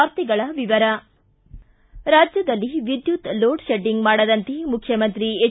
ವಾರ್ತೆಗಳ ವಿವರ ರಾಜ್ಯದಲ್ಲಿ ವಿದ್ಯುತ್ ಲೋಡ್ ಶೆಡ್ಡಿಂಗ್ ಮಾಡದಂತೆ ಮುಖ್ಯಮಂತ್ರಿ ಹೆಚ್